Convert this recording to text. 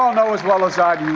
um know as well as i